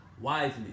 wisely